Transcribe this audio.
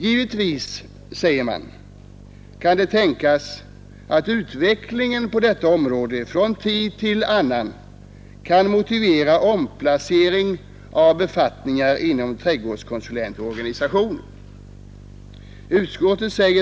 Givetvis kan det tänkas att utvecklingen på förevarande område från tid till annan kan motivera omplacering av befattningar inom trädgårdskonsulentorganisationen.